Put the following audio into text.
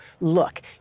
look